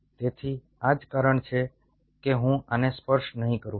તેથી આ જ કારણ છે કે હું આને સ્પર્શ નહીં કરું